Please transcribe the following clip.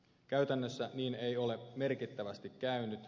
käytännössä niin ei ole merkittävästi käynyt